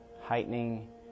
heightening